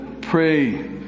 pray